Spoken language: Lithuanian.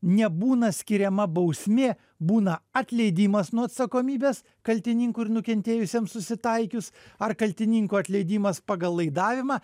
nebūna skiriama bausmė būna atleidimas nuo atsakomybės kaltininkui ir nukentėjusiajam susitaikius ar kaltininko atleidimas pagal laidavimą